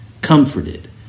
comforted